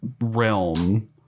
realm